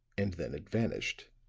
and then it vanished.